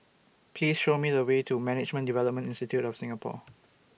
Please Show Me The Way to Management Development Institute of Singapore